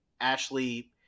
Ashley